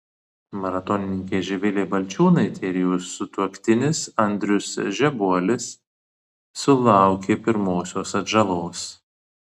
maratonininkė živilė balčiūnaitė ir jos sutuoktinis andrius žebuolis sulaukė pirmosios atžalos